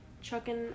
chucking